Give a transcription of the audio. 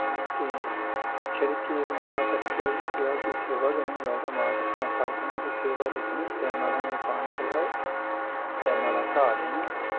ते छड़ा माल रक्खी बी ओड़ेआ ओह्दी सेवा गै निं होऐ तां माल रक्खने दा फैदा निं ते सेवा दिक्खनी टैमा दा उ'नें गी पानी पलैओ ते मता घाऽ देना